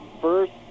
first